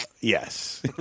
yes